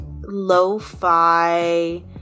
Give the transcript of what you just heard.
lo-fi